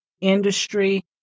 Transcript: industry